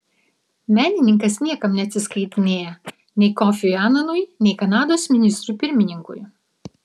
menininkas niekam neatsiskaitinėja nei kofiui ananui nei kanados ministrui pirmininkui